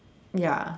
ya